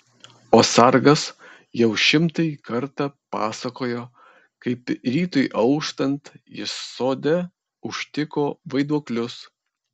o sargas jau šimtąjį kartą pasakojo kaip rytui auštant jis sode užtiko vaiduoklius